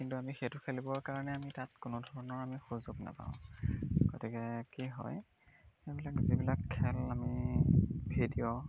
কিন্তু আমি সেইটো খেলিবৰ কাৰণে আমি তাত কোনো ধৰণৰ আমি সুযোগ নাপাওঁ গতিকে কি হয় এইবিলাক যিবিলাক খেল আমি ভিডিঅ'